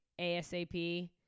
ASAP